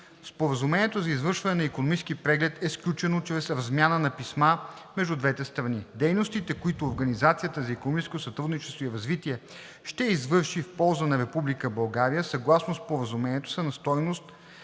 Споразумението за извършване на икономически преглед е сключено чрез размяна на писма между двете страни. Дейностите, които Организацията за икономическо сътрудничество и развитие ще извърши в полза на Република България съгласно Споразумението, са на стойност